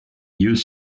lieux